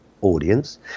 audience